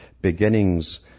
beginnings